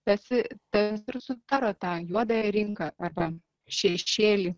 tas tas ir sudaro tą juodąją rinką arba šešėlį